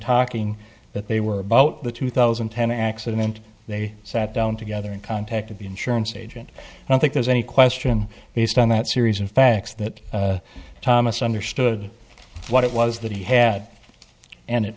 talking that they were both the two thousand and ten accident they sat down together in contact of the insurance agent i don't think there's any question based on that series of facts that thomas understood what it was that he had and it